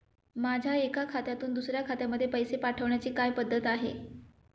माझ्या एका खात्यातून दुसऱ्या खात्यामध्ये पैसे पाठवण्याची काय पद्धत आहे?